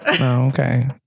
Okay